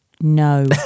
No